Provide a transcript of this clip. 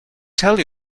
tell